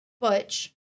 butch